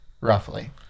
roughly